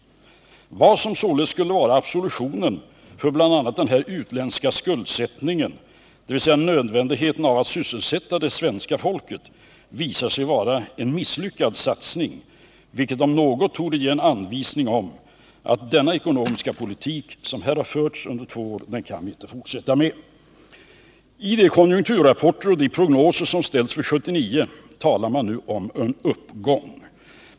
Vad som således skulle vara absolutionen för bl.a. den utländska skuldsättningen, dvs. nödvändigheten av att sysselsätta det svenska folket, visar sig vara en misslyckad satsning, vilket om något borde ge en anvisning om att den ekonomiska politik som har förts under två år inte kan fortsätta längre. I de konjunkturrapporter och de prognoser som uppställts för 1979 talar man nu om en uppgång.